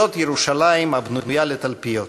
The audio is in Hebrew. זאת ירושלים הבנויה לתלפיות".